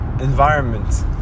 environment